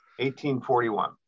1841